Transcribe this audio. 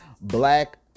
Black